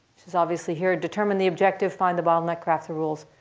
is obviously here, determine the objective, find the bottleneck, craft the rules.